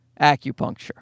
acupuncture